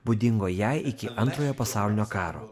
būdingo jai iki antrojo pasaulinio karo